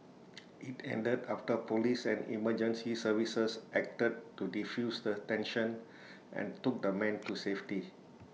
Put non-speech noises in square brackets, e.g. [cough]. [noise] IT ended after Police and emergency services acted to defuse the tension and took the man to safety